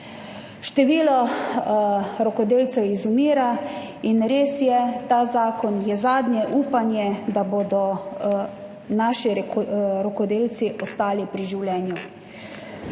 Število rokodelcev izumira in res je, ta zakon je zadnje upanje, da bodo naši rokodelci ostali pri življenju,